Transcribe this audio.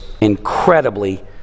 incredibly